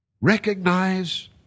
Recognize